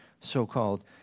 so-called